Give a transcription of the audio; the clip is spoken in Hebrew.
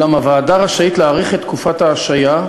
אולם הוועדה רשאית להאריך את תקופת ההשעיה,